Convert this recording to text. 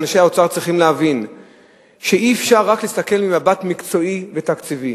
אנשי האוצר צריכים להבין שאי-אפשר רק להסתכל במבט מקצועי ותקציבי.